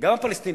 וגם הפלסטינים,